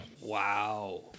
Wow